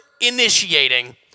initiating